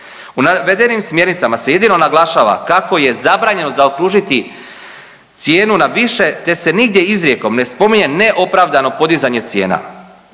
U navedenim smjernicama se jedino naglašava kako je zabranjeno zaokružiti cijenu na više, te se nigdje izrijekom ne spominje neopravdano podizanje cijena.